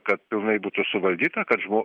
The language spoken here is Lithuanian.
kad pilnai būtų suvaldyta kad žmo